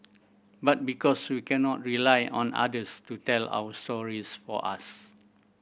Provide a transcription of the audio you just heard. but because we cannot rely on others to tell our stories for us